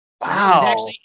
Wow